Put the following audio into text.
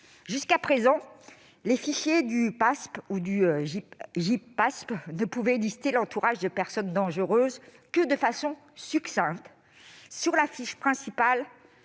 Jusqu'à présent, les fiches du PASP et du Gipasp ne pouvaient lister l'entourage des « personnes dangereuses » que de façon succincte, sur la fiche principale